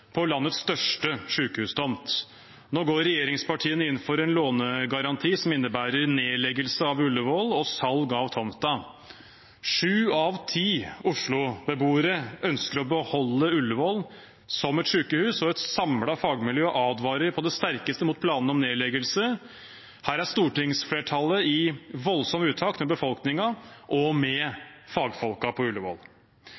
på landets største sykehustomt. Nå går regjeringspartiene inn for en lånegaranti som innebærer nedleggelse av Ullevål og salg av tomten. Sju av ti Oslo-beboere ønsker å beholde Ullevål som sykehus, og et samlet fagmiljø advarer på det sterkeste mot planene om nedleggelse. Her er stortingsflertallet i voldsom utakt med befolkningen og med